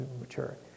mature